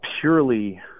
purely